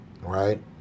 right